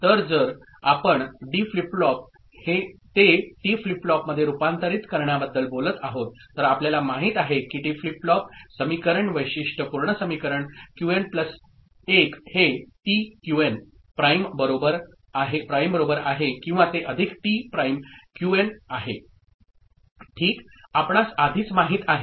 तर जर आपण डी फ्लिप फ्लॉप ते टी फ्लिप फ्लॉपमध्ये रूपांतरित करण्याबद्दल बोलत आहोत तर आपल्याला माहित आहे की टी फ्लिप फ्लॉप समीकरण वैशिष्ट्यपूर्ण समीकरण क्यूएन प्लस 1 हे टी क्यूएन प्राइम बरोबर आहे किंवा ते अधिक टी प्राइम क्यूएन आहे ठीक आपणास आधीच माहित आहे